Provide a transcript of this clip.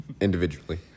individually